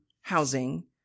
housing